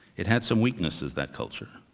it had some weaknesses, that culture.